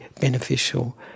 beneficial